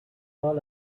all